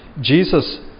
Jesus